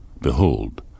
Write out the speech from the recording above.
behold